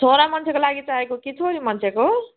छोरा मान्छेको लागि चाहिएको कि छोरी मान्छेको